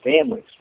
families